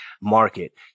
market